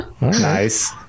nice